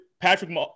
Patrick